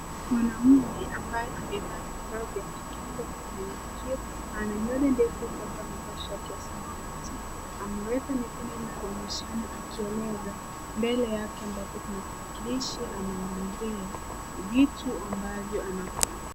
Mwanamume ambaye amevaa vifaa vya kusikiliza kwenye masikio, ana nywele ndefu huku amevaa shati ya samawati, ameweka mikono yake kuonyeshana akieleza. Mbele yake ambapo kuna tarakilishi anaelezea vitu ambavyo anafanya.